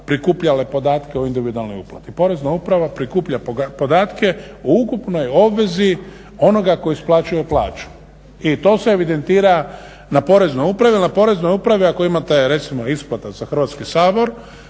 prikuplja podatke o individualnoj uplati. Porezna uprava prikuplja podatke o ukupnoj obvezi onoga tko isplaćuje plaću i to se evidentira na Poreznoj upravi, ali na Poreznoj upravi ako imate recimo isplata za Hrvatski sabor,